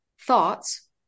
thoughts